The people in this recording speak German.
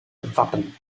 wappen